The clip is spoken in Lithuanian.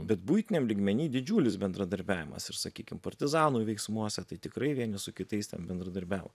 bet buitiniam lygmeny didžiulis bendradarbiavimas ir sakykim partizanų veiksmuose tai tikrai vieni su kitais ten bendradarbiavo